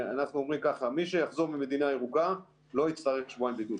מי שיחזור ממדינה ירוקה לא יצטרך שבועיים בידוד.